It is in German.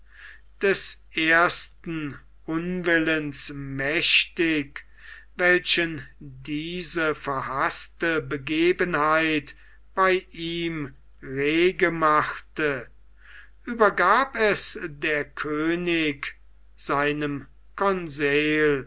des ersten unwillens mächtig welchen diese verhaßte begebenheit bei ihm rege machte übergab es der könig seinem conseil